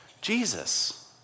Jesus